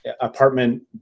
apartment